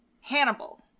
Hannibal